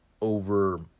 over